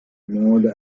monde